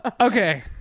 okay